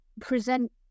present